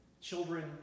children